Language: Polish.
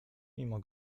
mimo